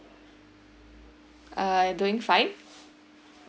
err doing fine